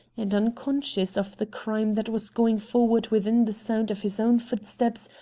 and, unconscious of the crime that was going forward within the sound of his own footsteps,